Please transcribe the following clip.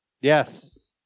Yes